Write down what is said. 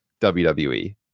WWE